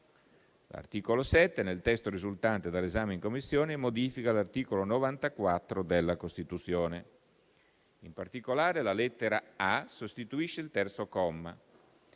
L'articolo 7, nel testo risultante dall'esame in Commissione, modifica l'articolo 94 della Costituzione. In particolare, la lettera *a)* sostituisce il terzo comma.